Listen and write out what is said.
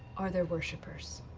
are their worshipers.